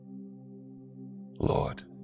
Lord